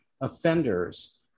offenders